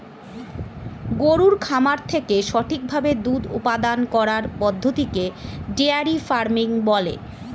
গরুর খামার থেকে সঠিক ভাবে দুধ উপাদান করার পদ্ধতিকে ডেয়ারি ফার্মিং বলে